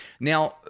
Now